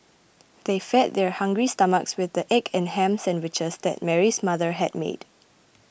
they fed their hungry stomachs with the egg and ham sandwiches that Mary's mother had made